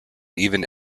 even